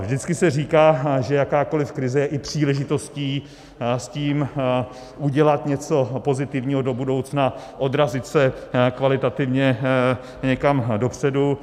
Vždycky se říká, že jakákoliv krize je i příležitostí s tím udělat něco pozitivního do budoucna, odrazit se kvalitativně někam dopředu.